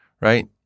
right